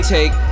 Take